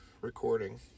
recording